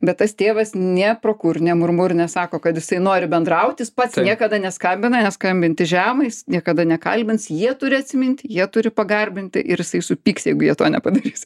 bet tas tėvas nė pro kur nė murmur nesako kad jisai nori bendraut jis pats niekada neskambina nes skambinti žema jis niekada nekalbins jie turi atsimint jie turi pagarbinti ir jisai supyks jeigu jie to nepadarys